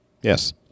Yes